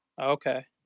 Okay